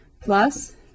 plus